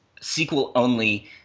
SQL-only